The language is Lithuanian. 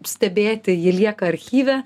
stebėti ji lieka archyve